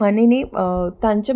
आनी न्ही तांचे